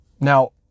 Now